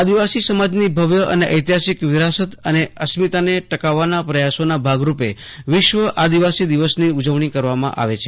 આદિવાસી સમાજની ભવ્ય અને ઐતિહાસિક વિરાસત અને અસ્મિતાને ટકાવવાના પ્રયાસો ના ભાગરુપે વિશ્વ આદિવાસી દિવસની ઉજવણી કરવામાં છે